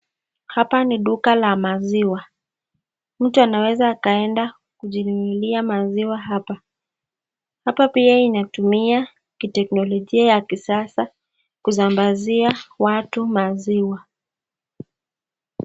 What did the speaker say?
Hapa ni duka la maziwa. Mtu anaweza akaeda kujinunulia maziwa hapa. Hapa pia inatumia kiteknolojia ya kisasa kusambazia watu maziwa.